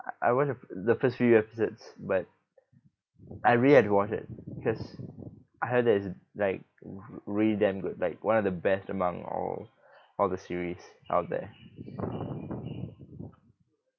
I watched the the first few episodes but I really had to watch it cause I heard that it's like really damn good like one of the best among all all the series out there